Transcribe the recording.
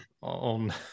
On